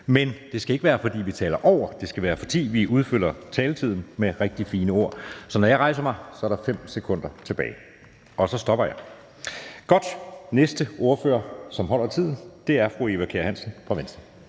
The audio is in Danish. men det skal ikke være, fordi vi taler over, men det skal være, fordi vi udfylder taletiden med rigtig fine ord. Så når jeg rejser mig, er der 5 sekunder tilbage, og så stopper jeg taleren. Godt, den næste ordfører, som holder tiden, er fru Eva Kjer Hansen fra Venstre.